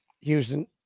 Houston